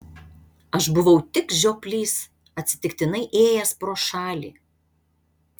aš buvau tik žioplys atsitiktinai ėjęs pro šalį